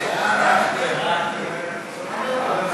את הצעת חוק יישוב סכסוכי עבודה (תיקון,